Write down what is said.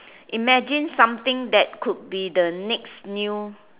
imagine something that could be the next new